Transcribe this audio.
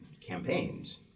campaigns